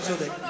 אתה צודק.